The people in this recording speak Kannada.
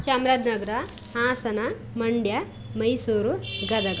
ಚಾಮರಾಜನಗರ ಹಾಸನ ಮಂಡ್ಯ ಮೈಸೂರು ಗದಗ